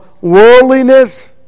worldliness